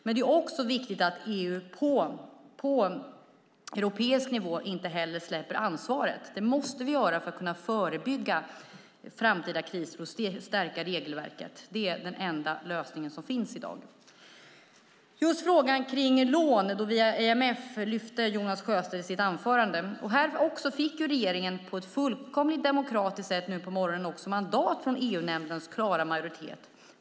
Men det är också viktigt att EU inte släpper ansvaret på europeisk nivå. Det är nödvändigt för att kunna förebygga framtida kriser och stärka regelverket. Det är den enda lösning som finns i dag. Frågan om lån via IMF lyfter Jonas Sjöstedt i sitt anförande. Här fick också regeringen på ett fullkomligt demokratiskt sätt nu på morgonen mandat från EU-nämndens klara majoritet.